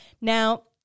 Now